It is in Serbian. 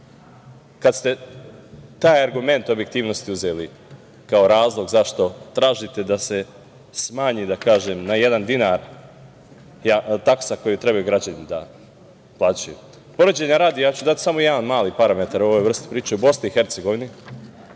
kada ste taj argument objektivnosti uzeli, kao razlog zašto tražite da se smanji na jedan dinar taksa koju treba građani da plaćaju. Poređenja radi, daću samo jedan mali parametar ovoj vrsti priče. U BiH, na